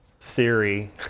theory